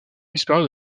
disparaît